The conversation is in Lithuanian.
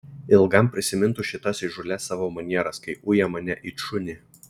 ilgam prisimintų šitas įžūlias savo manieras kai uja mane it šunį